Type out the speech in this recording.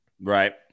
Right